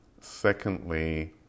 Secondly